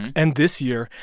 and this year,